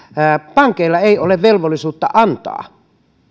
pankeilla ei ole velvollisuutta antaa